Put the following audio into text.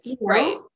right